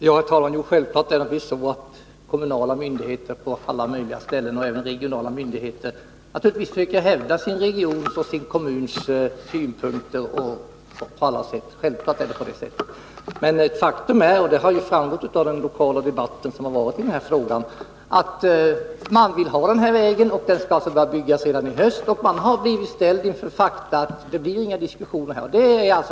Herr talman! Självfallet är det så att kommunala och även regionala myndigheter på alla sätt försöker hävda sin kommuns resp. sin regions synpunkter. Faktum är — det har framgått av den lokala debatt som förekommit i frågan — att man vill ha den här vägen och att den skall börja byggas i höst. Man har blivit ställd inför faktum, att det inte blir några diskussioner i det här fallet.